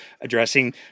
Addressing